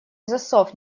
засов